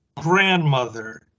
grandmother